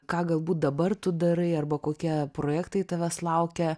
ką galbūt dabar tu darai arba kokie projektai tavęs laukia